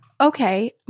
Okay